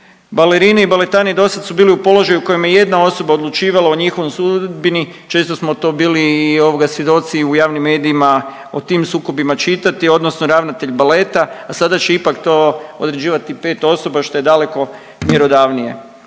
Balerine i baletani dosada su bili u položaju u kojem je jedna osoba odlučivala o njihovoj sudbini često smo to bili i ovoga svjedoci o javnim medijima o tim sukobima čitati odnosno ravnatelj baleta, a sada će ipak to određivati 5 osoba što je daleko mjerodavnije.